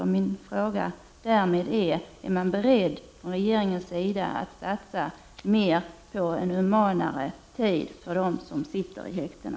Min fråga i detta sammanhang blir: Är regeringen beredd att satsa mer på en humanare tid för dem som sitter i häktena?